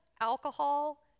alcohol